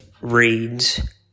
reads